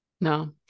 no